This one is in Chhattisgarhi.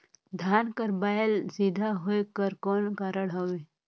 धान कर बायल सीधा होयक कर कौन कारण हवे?